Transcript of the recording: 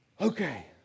Okay